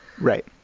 right